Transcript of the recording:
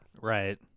Right